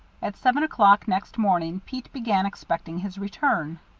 at seven o'clock next morning pete began expecting his return.